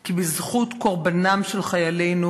כי בזכות קורבנם של חיילינו,